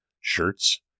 shirts